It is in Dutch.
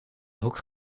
hoek